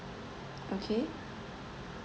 okay